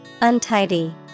Untidy